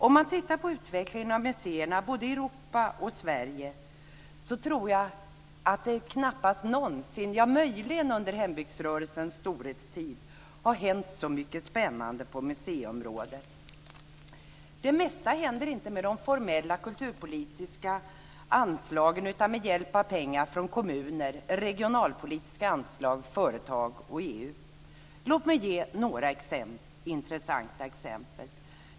Om man tittar på utvecklingen av museerna både i Europa och i Sverige tror jag att jag knappast någonsin, möjligen under hembygdsrörelsens storhetstid, har hänt så mycket spännande på museiområdet. Det mesta händer inte med hjälp av de formella kulturpolitiska anslagen utan med hjälp av pengar från kommuner, regionalpolitiska anslag, företag och EU. Låt mig ge några intressanta exempel.